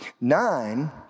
nine